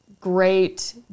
great